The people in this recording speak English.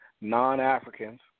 non-Africans